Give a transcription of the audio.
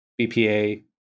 BPA